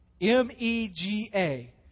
M-E-G-A